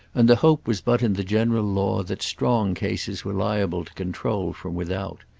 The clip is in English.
and the hope was but in the general law that strong cases were liable to control from without.